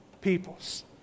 peoples